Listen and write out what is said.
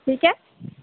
ठीक ऐ